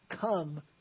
come